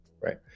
right